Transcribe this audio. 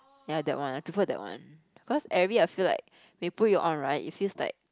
ya that one I prefer that one cause Airy I feel like when you put it on right it feels like